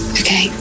okay